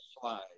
slide